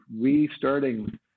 restarting